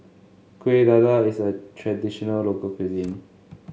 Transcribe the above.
Kueh Dadar is a traditional local cuisine